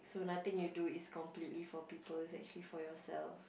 so nothing you do is completely for people it's actually for yourself